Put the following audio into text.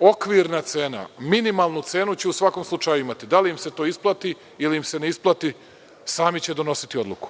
okvirna cena. Minimalnu cenu će u svakom slučaju imati. Da li im se to isplati li ne isplati, sami će donositi odluku.